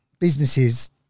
businesses